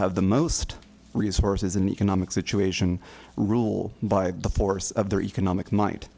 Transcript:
have the most resources in the economic situation rule by the force of their economic might